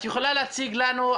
את יכולה להציג לנו,